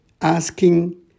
asking